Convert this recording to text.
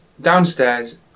downstairs